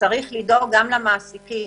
צריך לדאוג גם למעסיקים,